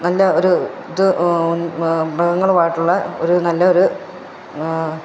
നല്ല ഒരു ഇത് മൃഗങ്ങളമായിട്ടുള്ള ഒരു നല്ലൊരു